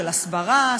של הסברה,